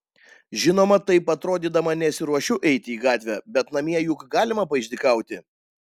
žinoma taip atrodydama nesiruošiu eiti į gatvę bet namie juk galima paišdykauti